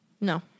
No